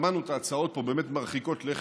שמענו את ההצעות פה, הן באמת מרחיקות לכת,